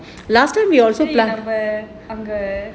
நம்ம அங்க:namma anga